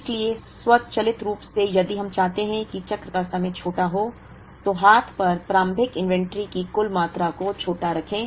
इसलिए स्वचालित रूप से यदि हम चाहते हैं कि चक्र का समय छोटा हो तो हाथ पर प्रारंभिक इन्वेंट्री की कुल मात्रा को छोटा रखें